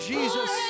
Jesus